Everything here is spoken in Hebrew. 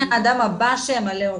מהאדם הבא שימלא אותם.